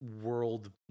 world